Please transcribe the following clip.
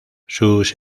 sus